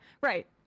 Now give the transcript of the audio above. right